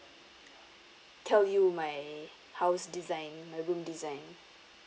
tell you my house design my room design